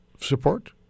support